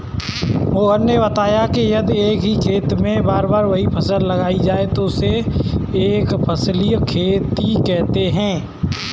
मोहन ने बताया कि यदि एक ही खेत में बार बार वही फसल लगाया जाता है तो उसे एक फसलीय खेती कहते हैं